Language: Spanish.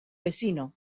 vecino